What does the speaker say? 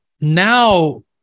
now